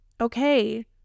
okay